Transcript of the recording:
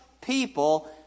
people